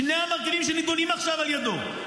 שני המרכיבים שנדונים עכשיו על ידו.